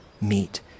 meet